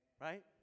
right